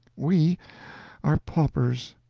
we are paupers!